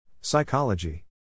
Psychology